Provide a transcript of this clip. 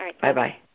Bye-bye